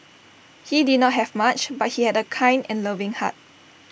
he did not have much but he had A kind and loving heart